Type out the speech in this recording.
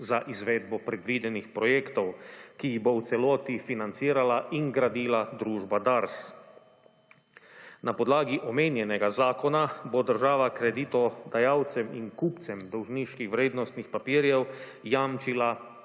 za izvedbo predvidenih projektov, ki jih bo v celoti financirala in gradila družba DARS. Na podlagi omenjenega zakona bo država kreditodajalcem in kupcem dolžniških vrednostnih papirjev jamčila